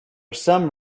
some